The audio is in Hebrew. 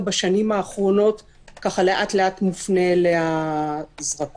בשנים האחרונות לאט לאט מופנה אליה זרקור.